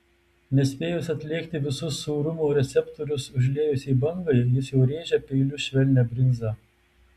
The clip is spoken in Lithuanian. nespėjus atlėgti visus sūrumo receptorius užliejusiai bangai jis jau rėžia peiliu švelnią brinzą